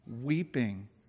weeping